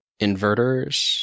inverters